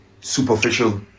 superficial